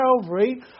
Calvary